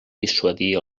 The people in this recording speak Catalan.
dissuadir